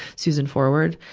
susan forward.